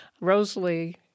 Rosalie